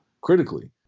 critically